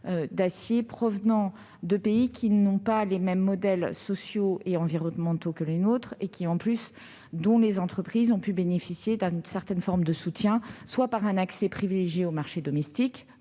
d'acier en provenance de pays qui n'ont pas les mêmes modèles sociaux et environnementaux que les nôtres. Leurs entreprises, de surcroît, ont pu bénéficier d'une certaine forme de soutien, soit par un accès privilégié au marché domestique-